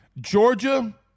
Georgia